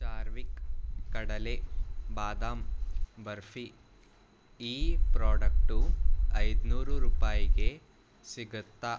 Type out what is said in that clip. ಚಾರ್ವಿಕ್ ಕಡಲೆ ಬಾದಾಮ್ ಬರ್ಫಿ ಈ ಪ್ರಾಡಕ್ಟು ಐದುನೂರು ರೂಪಾಯಿಗೆ ಸಿಗತ್ತಾ